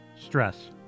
stress